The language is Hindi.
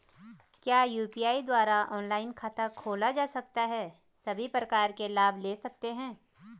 क्या यु.पी.आई द्वारा ऑनलाइन खाता खोला जा सकता है सभी प्रकार के लाभ ले सकते हैं?